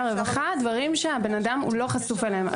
הרווחה דברים שהבן-אדם לא חשוף אליהם.